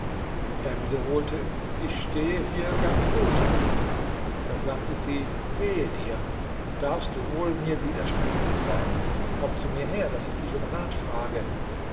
er wiederholte ich stehe hier ganz gut da sagte sie wehe dir darfst du wohl mir widerspenstig sein komm zu mir her daß ich dich um rat frage